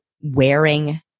wearing